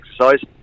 exercise